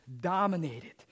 dominated